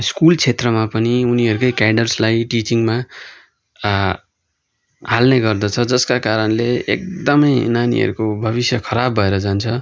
school क्षेत्रमा पनि उनीहरूकै क्याडर्सलाई टिचिङमा हाल्ने गर्दछ जसका करणले एकदमै नानीहरूको भविष्य खराब भएर जान्छ